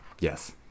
Yes